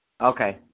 Okay